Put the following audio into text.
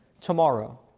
tomorrow